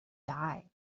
die